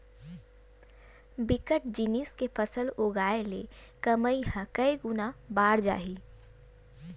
बिकट जिनिस के फसल उगाय ले कमई ह कइ गुना बाड़ जाही